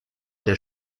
der